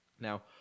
Now